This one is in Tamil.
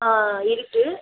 ஆ இருக்குது